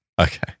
Okay